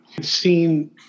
Seen